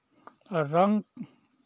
रंग